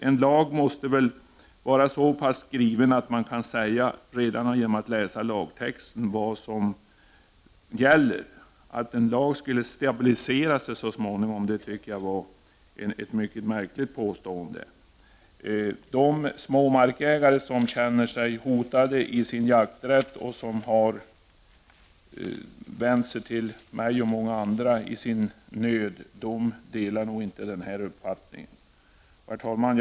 En lag måtte väl vara så klart skriven att man redan genom att läsa lagtexten förstår vad som gäller. Att en lag skulle stabilisera sig så småningom tycker jag är ett mycket märkligt påstående. De små markägare som känner sin jakträtt hotad och som har vänt sig till mig och många andra i sin nöd delar nog inte denna uppfattning. Herr talman!